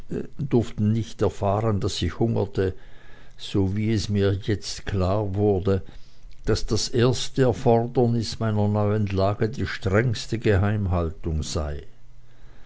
durften nicht erfahren daß ich hungerte so wie es mir jetzt klar wurde daß das erste erfordernis meiner neuen lage die strengste geheimhaltung sei